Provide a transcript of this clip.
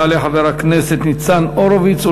יעלה חבר הכנסת ניצן הורוביץ.